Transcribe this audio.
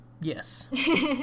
Yes